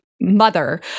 Mother